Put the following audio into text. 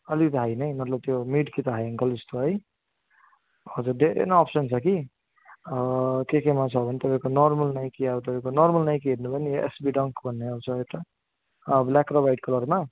अलिक हाई नै मतलब त्यो मिड कि त हाई एङ्कलजस्तो है हजुर धेरै नै अप्सन छ कि के केमा छ भने तपाईँको नर्मल नाइकी अब तपाईँको नर्मल नाइकी हेर्नु भने एसबी डङ्क भन्ने आउँछ एउटा ब्ल्याक र वाइट कलरमा